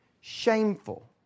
shameful